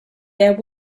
their